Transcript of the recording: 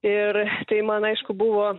ir tai man aišku buvo